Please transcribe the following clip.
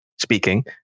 speaking